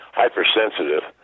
hypersensitive